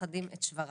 ומאחדים את שבריו.